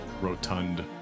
rotund